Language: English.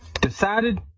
decided